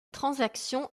transaction